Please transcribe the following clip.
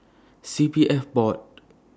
C P F Board